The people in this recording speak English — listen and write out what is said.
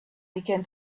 began